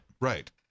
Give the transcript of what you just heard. right